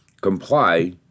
Comply